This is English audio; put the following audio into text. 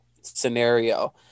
scenario